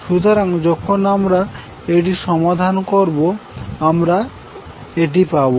সুতরাং যখন আমরা এটি সমাধান করবো আমরা এটি পাবো